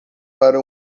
para